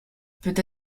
peut